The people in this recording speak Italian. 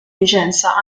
licenza